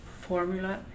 formula